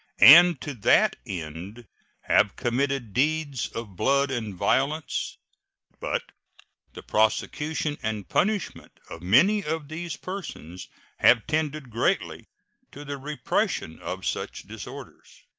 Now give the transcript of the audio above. and to that end have committed deeds of blood and violence but the prosecution and punishment of many of these persons have tended greatly to the repression of such disorders.